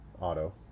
Auto